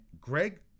Greg